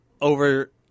over